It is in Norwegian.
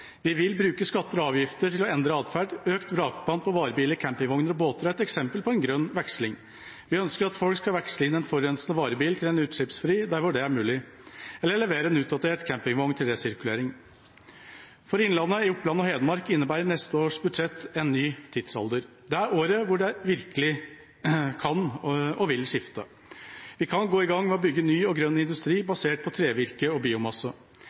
Vi vil bruke skatter og avgifter til å endre atferd. Økt vrakpant på varebiler, campingvogner og båter er et eksempel på en grønn veksling. Vi ønsker at folk skal veksle inn en forurensende varebil til en utslippsfri, der hvor det er mulig, eller levere en utdatert campingvogn til resirkulering. For innlandet, i Oppland og Hedmark, innebærer neste års budsjett en ny tidsalder. Det er året hvor det virkelig kan, og vil, skifte. Vi kan gå i gang med å bygge ny og grønn industri basert på trevirke og biomasse.